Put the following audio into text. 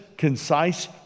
concise